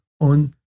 on